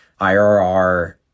IRR